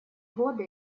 годы